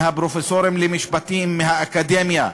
מהפרופסורים למשפטים באקדמיה,